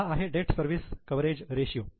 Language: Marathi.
हा आहे डेट सर्विस कवरेज रेषीयो